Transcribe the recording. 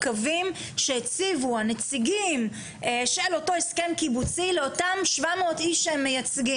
הקווים שהציגו לאותם שבע מאות איש שהם מייצגים,